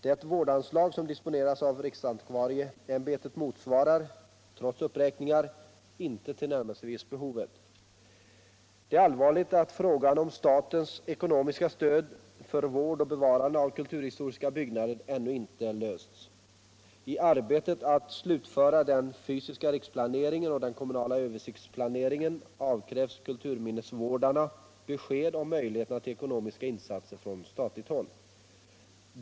Det vårdanslag som disponeras av riksantikvarieiämbetet motsvarar — trots uppräkningar — inte tillnärmelsevis behovet. Det är allvarligt att frågan om statens ckonomiska stöd för vård och bevarande av kulturhistoriska byggnader ännu inte lösts. I arbetet med att slutföra den fysiska riksplaneringen och den kommunala översiktsplaneringen avkrävs kulturminnesvården besked om möjligheterna till ekonomiska insatser från statligt håll.